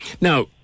Now